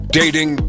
dating